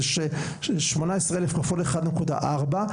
18 אלף כפול 1.4,